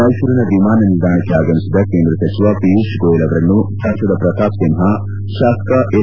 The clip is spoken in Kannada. ಮೈಸೂರಿನ ವಿಮಾನ ನಿಲ್ಲಾಣಕ್ಕೆ ಆಗಮಿಸಿದ ಕೇಂದ್ರ ಸಚಿವ ಪಿಯೂಷ್ ಗೋಯೆಲ್ ಅವರನ್ನು ಸಂಸದ ಪ್ರತಾಪ್ ಸಿಂಹ ಶಾಸಕ ಎಸ್